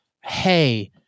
hey